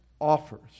offers